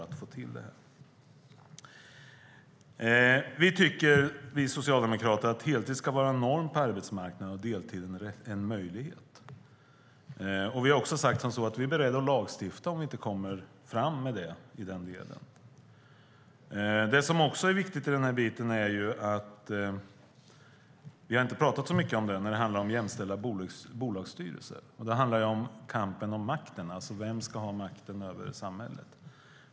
Vi socialdemokrater tycker att heltid ska vara norm på arbetsmarknaden och deltid en möjlighet. Vi har sagt att vi är beredda att lagstifta om vi inte kommer fram i den delen. Något som också är viktigt, och som vi inte har talat så mycket om, är jämställda bolagsstyrelser. Det handlar om kampen om makten, alltså vem som ska ha makten över samhället.